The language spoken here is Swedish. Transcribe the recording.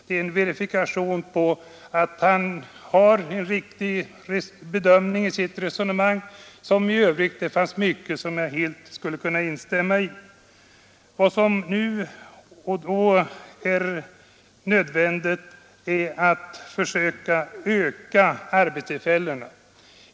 Det är en verifikation på att han gör en riktig bedömning i sitt resonemang, i vilket det även i övrigt fanns mycket som jag helt skulle kunna instämma i. Vad som nu och då är nödvändigt är att förstärka antalet arbetstillfällen.